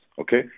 okay